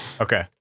Okay